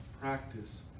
Practice